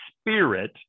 Spirit